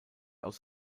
aus